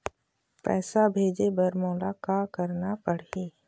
पैसा भेजे बर मोला का करना पड़ही?